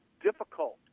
difficult